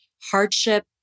hardship